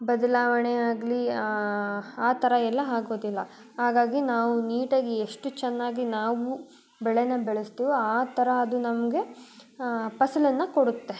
ಬದಲಾವಣೆಯಾಗಲಿ ಆ ಥರ ಎಲ್ಲ ಆಗೋದಿಲ್ಲ ಹಾಗಾಗಿ ನಾವು ನೀಟಾಗಿ ಎಷ್ಟು ಚೆನ್ನಾಗಿ ನಾವು ಬೆಳೆನ ಬೆಳೆಸ್ತೀವೊ ಆ ಥರ ಅದು ನಮಗೆ ಫಸಲನ್ನು ಕೊಡುತ್ತೆ